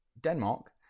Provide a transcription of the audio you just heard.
Denmark